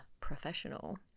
professional